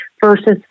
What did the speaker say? versus